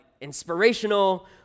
inspirational